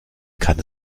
kann